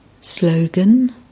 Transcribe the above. Slogan